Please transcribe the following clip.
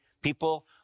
People